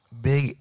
Big